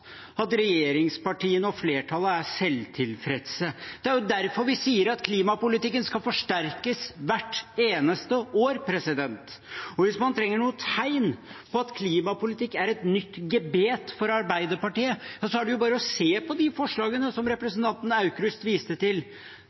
at regjeringspartiene og flertallet er selvtilfredse. Det er jo derfor vi sier at klimapolitikken skal forsterkes hvert eneste år. Hvis man trenger noe tegn på at klimapolitikk er et nytt gebet for Arbeiderpartiet, er det bare å se på de forslagene som representanten Aukrust viste til.